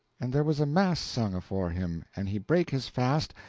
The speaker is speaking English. and there was a mass sung afore him, and he brake his fast,